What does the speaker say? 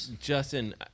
Justin